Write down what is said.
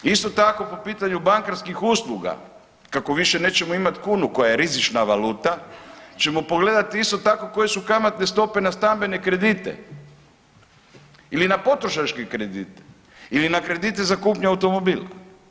Isto tako po pitanju bankarskih usluga kako više nećemo imati kunu koja je rizična valuta ćemo pogledati isto tako koje su kamatne stope na stambene kredite ili na potrošačke kredite ili na kredite za kupnju automobila.